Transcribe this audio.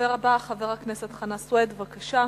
הדובר הבא, חבר הכנסת חנא סוייד, בבקשה.